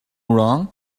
wrong